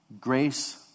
grace